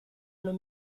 non